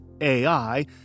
AI